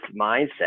mindset